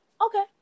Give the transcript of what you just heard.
okay